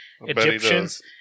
Egyptians